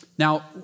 Now